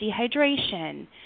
dehydration